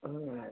ಹ್ಞೂ